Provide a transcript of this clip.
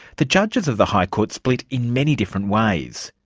the judges of the high court split in many different ways,